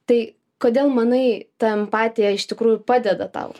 tai kodėl manai ta empatija iš tikrųjų padeda tau